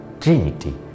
Trinity